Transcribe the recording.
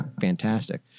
fantastic